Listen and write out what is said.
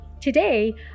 Today